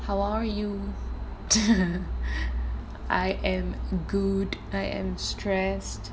how are you I am good I am stressed